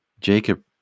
Jacob